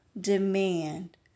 demand